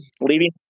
leaving